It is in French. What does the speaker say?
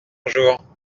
jour